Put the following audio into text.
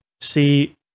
see